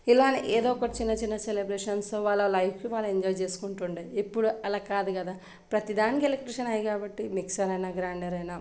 ఇలానే ఏదో ఒక చిన్న చిన్న సెలబ్రేషన్స్ వాళ్ళ లైఫ్ని వాళ్ళు ఎంజాయ్ చేసుకుంటుండే ఇప్పుడు అలా కాదు కదా ప్రతీ దానికి ఎలక్ట్రిషన్ అయి కాబట్టి మిక్సరైనా గ్రైండరైనా